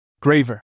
Graver